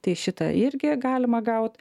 tai šitą irgi galima gaut